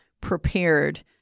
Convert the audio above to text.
prepared